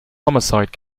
homicide